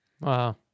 Wow